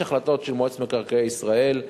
יש החלטות של מועצת מקרקעי ישראל,